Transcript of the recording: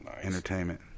entertainment